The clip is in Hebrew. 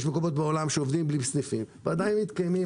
יש מקומות בעולם שעובדים בלי סניפים ועדיין מתקיימים,